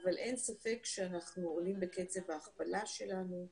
אבל אין ספק שאנחנו עולים בקצב ההכפלה שלנו,